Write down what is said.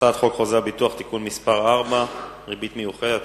הצעת חוק חוזה הביטוח (תיקון מס' 4) (ריבית מיוחדת),